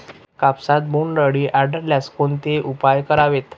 कापसात बोंडअळी आढळल्यास कोणते उपाय करावेत?